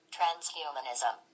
Transhumanism